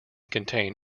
contain